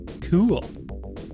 cool